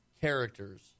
characters